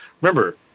remember